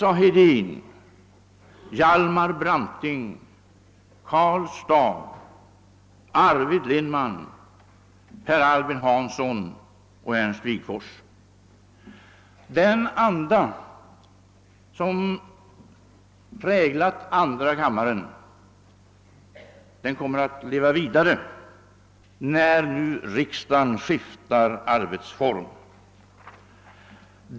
A. Hedin, Hjalmar Branting, Karl Staaff, Arvid Lindman, Per Albin Hansson och Ernst Wigforss. Den anda som präglat andra kamma ren kommer att leva vidare när nu riksdagen skiftar arbetsform.